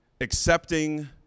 accepting